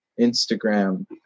Instagram